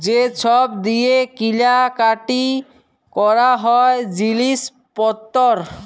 যে ছব দিঁয়ে কিলা কাটি ক্যরা হ্যয় জিলিস পত্তর